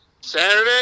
Saturday